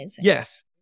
yes